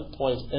point